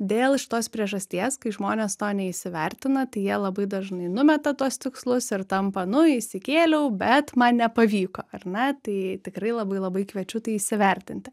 dėl šitos priežasties kai žmonės to neįsivertina tai jie labai dažnai numeta tuos tikslus ir tampa nu įsikėliau bet man nepavyko ar ne tai tikrai labai labai kviečiu tai įsivertinti